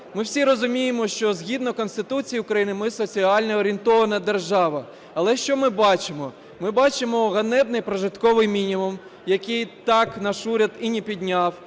Ми всі розуміємо, що згідно Конституції України ми соціально орієнтована держава. Але що ми бачимо? Ми бачимо ганебний прожитковий мінімум, який так наш уряд і не підняв,